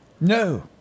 No